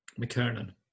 McKernan